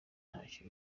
ntacyo